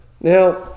Now